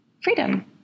freedom